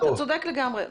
אתה צודק לגמרי.